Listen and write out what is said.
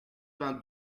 vingt